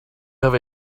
have